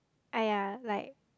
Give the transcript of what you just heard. !aiya! like